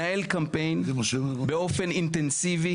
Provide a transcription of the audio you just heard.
הוא מנהל קמפיין באופן אינטנסיבי,